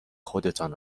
خودتان